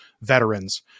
veterans